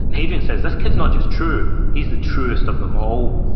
and hadrian says, this kid's not just true, he's the truest of them all.